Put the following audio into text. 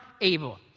able